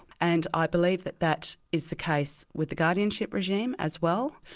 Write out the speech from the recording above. and i believe that that is the case with the guardianship regime as well.